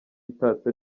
itatse